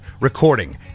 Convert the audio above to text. recording